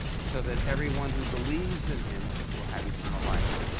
so that everyone who believes in him will have eternal life.